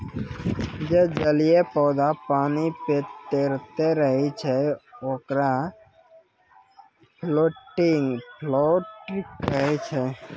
जे जलीय पौधा पानी पे तैरतें रहै छै, ओकरा फ्लोटिंग प्लांट कहै छै